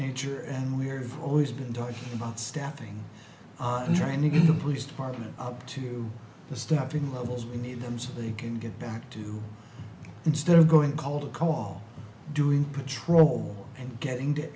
nature and we're always been talking about staffing and training in the police department up to the staffing levels we need them so they can get back to instead of going cold call doing patrol and getting to